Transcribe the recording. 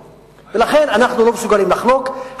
ולכן אנחנו לא מסוגלים לחלוק,